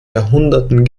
jahrhunderten